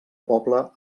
poble